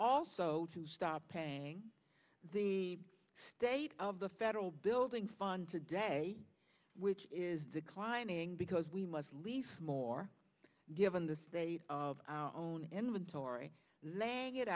also to stop paying the state of the federal building fund today which is the client saying because we must leave more given the state of our own inventory laying it